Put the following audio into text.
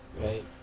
Right